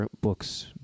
books